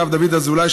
הרב דוד אזולאי,